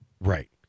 Right